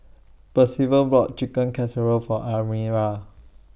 Percival bought Chicken Casserole For Almira